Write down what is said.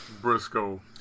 Briscoe